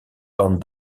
van